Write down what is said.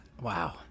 Wow